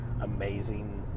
amazing